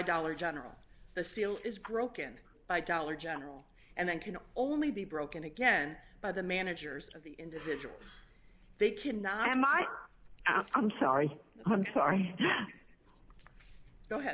dollar general the seal is broken by dollar general and then can only be broken again by the managers of the individuals they can not i might add i'm sorry i'm sorry go ahead